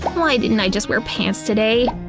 why didn't i just wear pants today?